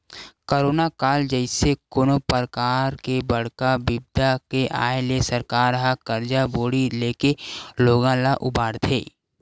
corona काल जइसे कोनो परकार के बड़का बिपदा के आय ले सरकार ह करजा बोड़ी लेके लोगन ल उबारथे